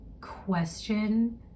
question